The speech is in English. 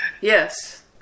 Yes